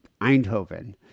Eindhoven